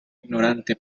ignorante